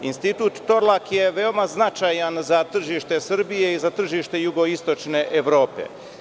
Institut „Torlak“ je veoma značajan za tržište Srbije i za tržište jugoistočne Evrope.